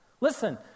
Listen